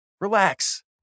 Relax